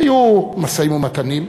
היו משאים-ומתנים,